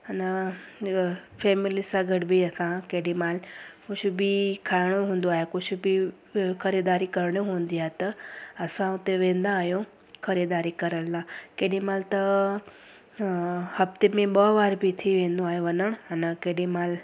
अना न फैमिली सां गॾु बि असां केॾीमहिल कुझु बि खाइणो हूंदो आहे कुझु बि ख़रीदारी करणी हूंदी आहे त असां हुते वेंदा आहियूं ख़रीदारी करण लाइ केॾी महिल त हफ़्ते में ॿ बार बि थी वेंदो आहे वञणु अना केॾी महिल